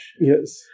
Yes